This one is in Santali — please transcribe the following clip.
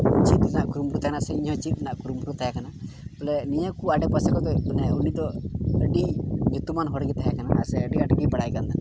ᱪᱮᱫ ᱨᱮᱱᱟᱜ ᱠᱩᱨᱩᱢᱩᱴᱩ ᱛᱟᱦᱮᱸ ᱠᱟᱱᱟ ᱥᱮ ᱤᱧᱦᱚᱸ ᱪᱮᱫ ᱨᱮᱱᱟᱜ ᱠᱩᱨᱩᱢᱩᱴᱩ ᱛᱟᱦᱮᱸ ᱠᱟᱱᱟ ᱵᱚᱞᱮ ᱱᱤᱭᱟᱹ ᱠᱚ ᱟᱰᱮ ᱯᱟᱥᱮ ᱠᱚᱨᱮᱜ ᱢᱟᱱᱮ ᱩᱱᱤ ᱫᱚ ᱟᱹᱰᱤ ᱧᱩᱛᱩᱢᱟᱱ ᱦᱚᱲ ᱜᱮ ᱛᱟᱦᱮᱸ ᱠᱟᱱᱟᱭ ᱥᱮ ᱟᱹᱰᱤ ᱟᱸᱴ ᱜᱮ ᱵᱟᱲᱟᱭ ᱠᱟᱱ ᱛᱟᱦᱮᱱᱟᱭ